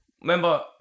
Remember